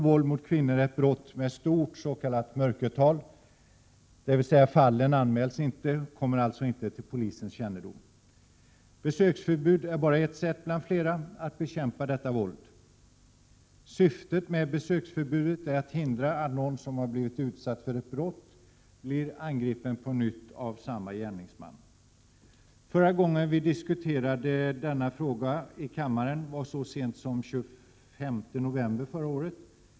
Våld mot kvinnor är nämligen ett brott med stort s.k. mörkertal, dvs. fallen anmäls inte och kommer alltså inte till polisens kännedom. Besöksförbud är bara ett sätt bland flera att bekämpa detta våld. Syftet med besöksförbudet är att hindra att någon som har blivit utsatt för ett brott blir angripen på nytt av samma gärningsman. Förra gången vi diskuterade denna fråga i kammaren var så sent som den 25 november förra året.